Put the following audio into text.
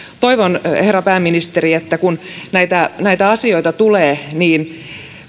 toivon herra pääministeri että kun näitä näitä asioita tulee niin